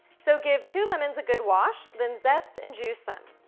so give two lemons a good wash, then zest and juice them.